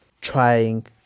trying